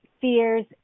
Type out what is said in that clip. fears